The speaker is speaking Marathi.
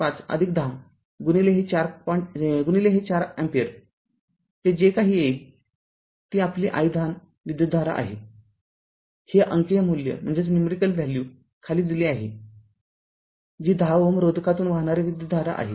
५१० गुणिले हे ४ अँपिअर ते जे काही येईल ती आपली i १० विद्युतधारा आहेहे अंकीय मूल्य खाली दिले आहेजी १० Ω रोधकातून वाहणारी विद्युतधारा आहे